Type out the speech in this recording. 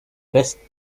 westen